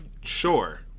Sure